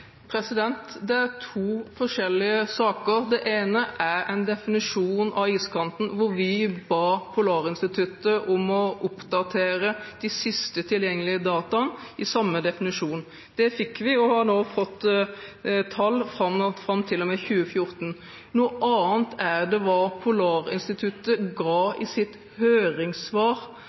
Det er to forskjellige saker. Den ene er en definisjon av iskanten, og vi ba Polarinstituttet om å oppdatere de siste tilgjengelige dataene i samme definisjon. Det fikk vi, og har nå fått tall fram til og med 2014. Noe annet er hva Polarinstituttet